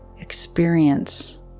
experience